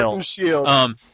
shield